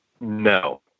No